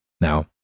Now